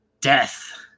death